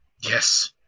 yes